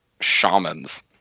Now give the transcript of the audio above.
shamans